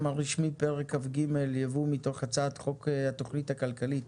הרשמי: פרק כ"ג (יבוא) מתוך הצעת חוק התכנית הכלכלית